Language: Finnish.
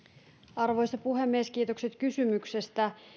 arvoisa puhemies kiitokset kysymyksestä